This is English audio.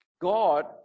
God